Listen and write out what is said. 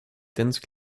dense